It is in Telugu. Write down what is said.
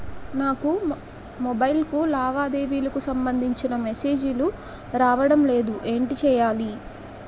నాకు మొబైల్ కు లావాదేవీలకు సంబందించిన మేసేజిలు రావడం లేదు ఏంటి చేయాలి?